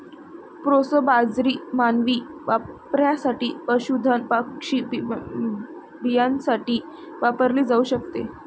proso बाजरी मानवी वापरासाठी, पशुधन पक्षी बियाण्यासाठी वापरली जाऊ शकते